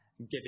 giving